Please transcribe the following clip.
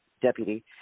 deputy